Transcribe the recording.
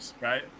right